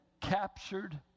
captured